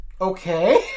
okay